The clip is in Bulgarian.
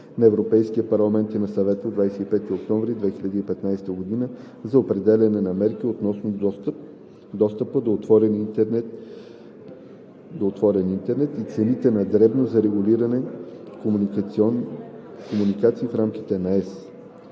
Европейския парламент и на Съвета от 25 ноември 2015 г. за определяне на мерки относно достъпа до отворен интернет и цените на дребно за регулирани комуникации в рамките на ЕС